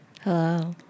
Hello